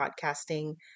podcasting